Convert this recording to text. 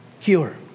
cure